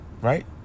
Right